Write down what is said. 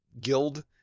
guild